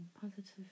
Positive